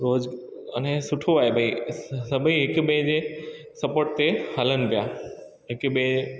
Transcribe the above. रोज अने सुठो आहे भई स स सभई हिक ॿिए जे सपोर्ट ते हलनि पिया हिक ॿिए